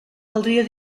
caldria